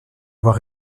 avoir